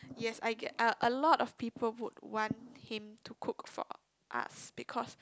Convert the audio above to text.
yes I get a a lot of people would want him to cook for us because